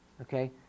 Okay